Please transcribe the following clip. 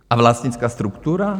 A vlastnická struktura?